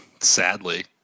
Sadly